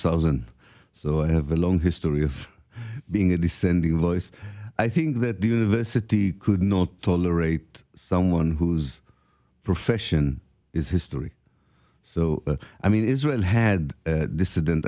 thousand so i have a long history of being a dissenting voice i think that the university could not tolerate someone whose profession is history so i mean israel had dissident